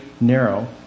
narrow